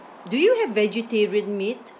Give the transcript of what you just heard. do you have vegetarian meat